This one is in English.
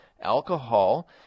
Alcohol